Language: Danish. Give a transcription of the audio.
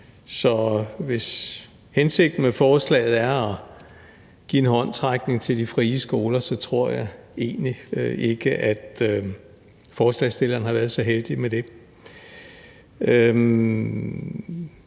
Så hvis hensigten med forslaget er at give en håndsrækning til de frie skoler, tror jeg egentlig ikke, at forslagsstillerne har været så heldige med det.